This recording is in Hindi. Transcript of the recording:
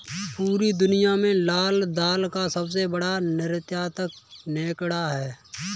पूरी दुनिया में लाल दाल का सबसे बड़ा निर्यातक केनेडा है